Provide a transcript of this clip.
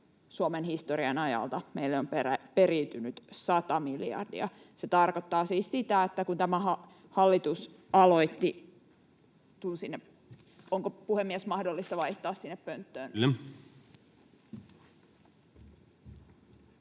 Suomen historian ajalta meille on periytynyt 100 miljardia. Se tarkoittaa siis sitä, että kun tämä hallitus aloitti... — Tulen sinne. Onko, puhemies, mahdollista vaihtaa sinne pönttöön?